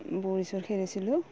বুঢ়ী চোৰ খেলিছিলোঁ